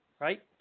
Right